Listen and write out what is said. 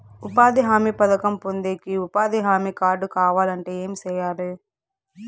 ఉపాధి హామీ పథకం పొందేకి ఉపాధి హామీ కార్డు కావాలంటే ఏమి సెయ్యాలి?